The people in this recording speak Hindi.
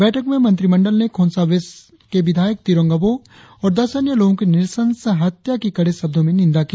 बैठक में मंत्रिमंडल ने खोंसा वेस्ट के विधायक तिरोंग आबोह और दस अन्य लोगों की नृशंस हत्या की कड़े शब्दों में निंदा की